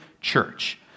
church